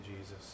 Jesus